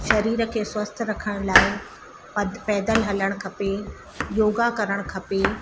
शरीर खे स्वस्थ्यु रखण लाइ पंधि पैदल हलणु खपे योगा करणु खपे